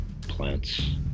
plants